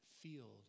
field